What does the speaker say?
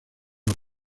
los